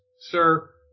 Sir